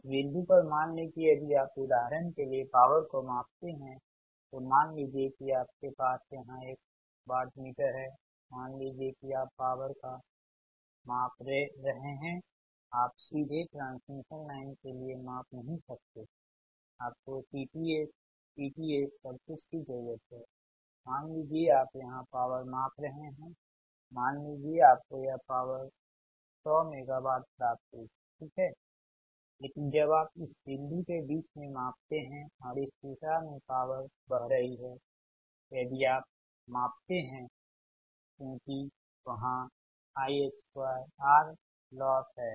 इस बिंदु पर मान लें कि यदि आप उदाहरण के लिए पॉवर को मापते हैं तो मान लीजिए कि आपके पास यहाँ एक वाटमीटर है मान लीजिए कि आप पॉवर का माप रहे हैंआप सीधे ट्रांसमिशन लाइन के लिए माप नहीं सकते हैं आपको CTS PTS सबकुछ की जरूरत हैमान लीजिए आप यहां पॉवर माप रहे हैं मान लीजिए आपको यह पॉवर 100 मेगावाट प्राप्त हुई ठीक है लेकिन जब आप इस बिंदु के बीच में मापते है और इस दिशा में पॉवर बह रही हैं यदि आप मापते हैं क्योंकि वहाँ I2R लॉस है